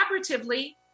collaboratively